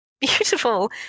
beautiful